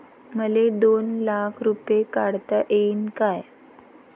मले दोन लाख रूपे काढता येईन काय?